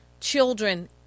children